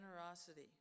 generosity